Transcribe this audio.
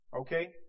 okay